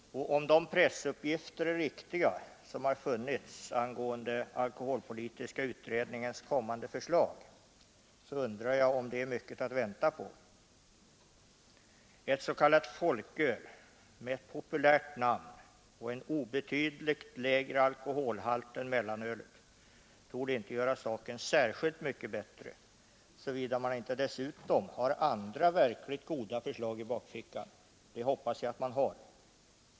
Men om uppgifterna i pressen rörande alkoholpolitiska utredningens kommande förslag är riktiga, så undrar jag om det är så värst mycket att vänta på. Ett s.k. folköl med ett populärt namn och med en obetydligt lägre alkoholhalt än mellanölets torde inte göra saken så mycket bättre, såvida utredningen inte dessutom har andra verkligt goda förslag i bakfickan. Det hoppas jag att utredningen har.